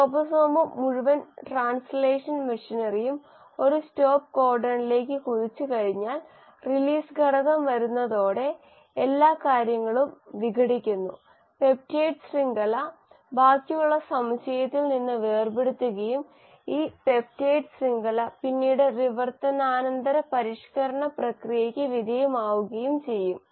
റൈബോസോമും മുഴുവൻ ട്രാൻസ്ലേഷൻ മെഷിനറിയും ഒരു സ്റ്റോപ്പ് കോഡണിലേക്ക് കുതിച്ചുകഴിഞ്ഞാൽ റിലീസ് ഘടകം വരുന്നതോടെ എല്ലാ കാര്യങ്ങളും വിഘടിക്കുന്നു പെപ്റ്റൈഡ് ശൃംഖല ബാക്കിയുള്ള സമുച്ചയത്തിൽ നിന്ന് വേർപെടുത്തുകയും ഈ പെപ്റ്റൈഡ് ശൃംഖല പിന്നീട് വിവർത്തനാനന്തര പരിഷ്ക്കരണ പ്രക്രിയയ്ക്ക് വിധേയമാവുകയും ചെയ്യും